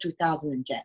2010